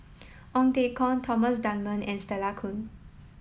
Ong Teng Koon Thomas Dunman and Stella Kon